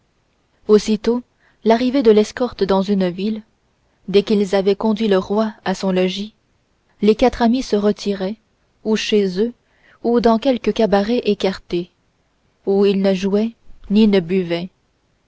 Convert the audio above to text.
aussitôt l'arrivée de l'escorte dans une ville dès qu'ils avaient conduit le roi à son logis les quatre amis se retiraient ou chez eux ou dans quelque cabaret écarté où ils ne jouaient ni ne buvaient